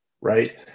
right